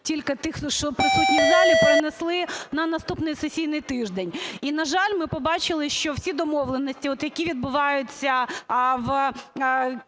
тільки тих, хто присутні в залі, перенесли на наступний сесійний тиждень. І, на жаль, ми побачили, що всі домовленості, які відбуваються в